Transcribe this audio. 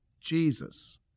Jesus